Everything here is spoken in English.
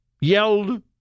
yelled